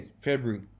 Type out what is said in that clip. February